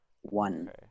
One